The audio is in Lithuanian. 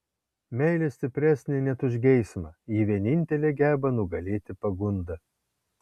meilė stipresnė net už geismą ji vienintelė geba nugalėti pagundą